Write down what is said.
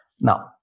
Now